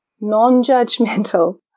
non-judgmental